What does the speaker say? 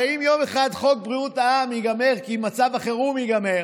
הרי אם יום אחד חוק בריאות העם ייגמר כי מצב החירום ייגמר,